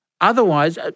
Otherwise